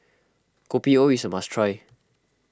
Kopi O is a must try